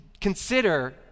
Consider